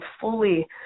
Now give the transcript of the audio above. fully